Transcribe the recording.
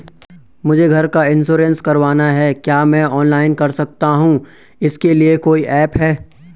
मुझे घर का इन्श्योरेंस करवाना है क्या मैं ऑनलाइन कर सकता हूँ इसके लिए कोई ऐप है?